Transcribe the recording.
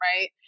right